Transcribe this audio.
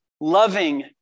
loving